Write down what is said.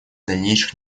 дальнейших